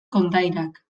kondairak